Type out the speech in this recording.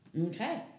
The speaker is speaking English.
Okay